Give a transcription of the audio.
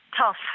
tough